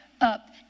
up